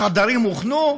החדרים הוכנו,